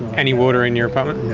any water in your apartment?